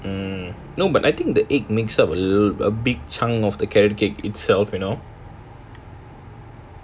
hmm no but I think the egg makes up a big chunk of the carrot cake itself you know